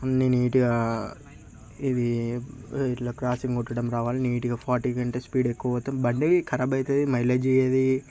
అన్నీ నీట్గా ఇది ఇట్ల క్రాసింగ్ గొట్టడం రావలి నీట్గా ఫార్టీ కంటే స్పీడ్ ఎక్కువ పోతే బండి ఖరాబ్ అవుతుంది మైలేజ్ ఇవ్వదు